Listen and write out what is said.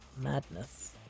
madness